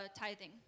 tithing